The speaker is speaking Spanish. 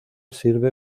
sirve